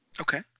Okay